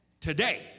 today